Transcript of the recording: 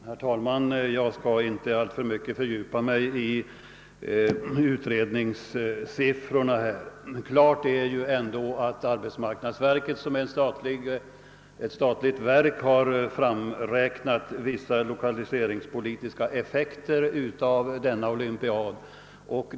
Herr talman! Jag skall inte alltför mycket fördjupa mig i utredningssiffrorna. Klart är ändå att arbetsmarknadsverket som är ett statligt verk har framräknat vissa lokaliseringspolitiska effekter av denna olympiad.